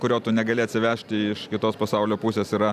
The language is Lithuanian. kurio tu negali atsivežti iš kitos pasaulio pusės yra